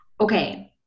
Okay